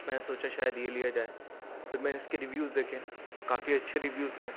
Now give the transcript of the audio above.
میں سوچا شاید یہ لیا جائے پھر میں اس کے ریویوز دیکھے تو کافی اچھے ریویوز تھے